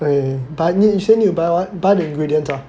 err but shouldn't we buy what buy the ingredients ah